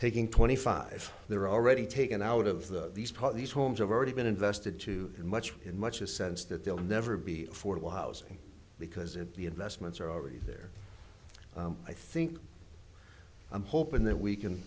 taking twenty five they're already taken out of these pot these homes have already been invested too much in much a sense that they'll never be affordable housing because if the investments are already there i think i'm hoping that we can